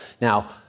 Now